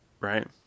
right